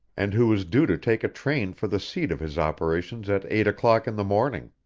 and who was due to take a train for the seat of his operations at eight o'clock in the morning.